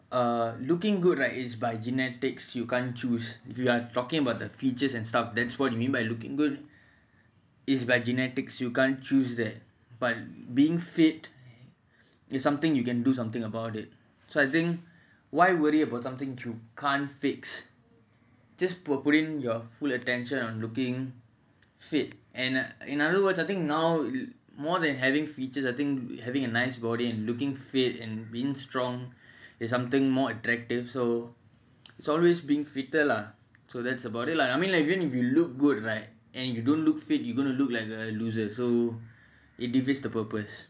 uh looking good right is by genetics you can't choose that if you are talking about the features and stuff that's what you mean by looking good it's by genetics you can't choose that but being fit is something that you can do something about it so I think why worry about something you can't fix just put in your full attention on looking fit in other words ah I think now more than having features I think having a nice body and looking fit and being strong is something more attractive so it's always being fitter lah so that's about it lah so I mean even if you look good but you don't look fit right then you look like a loser so that defeats the purpose